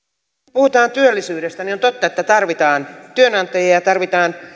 puhutaan työllisyydestä niin on totta että tarvitaan työnantajia ja tarvitaan